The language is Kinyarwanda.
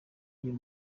uyu